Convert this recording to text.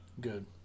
Good